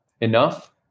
enough